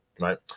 right